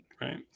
right